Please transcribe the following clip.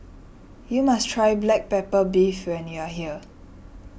you must try Black Pepper Beef when you are here